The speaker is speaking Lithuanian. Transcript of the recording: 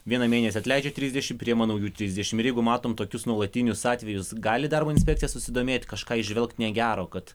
vieną mėnesį atleidžia trisdešim priima naujų trisdešim ir jeigu matom tokius nuolatinius atvejus gali darbo inspekcija susidomėti kažką įžvelgt negero kad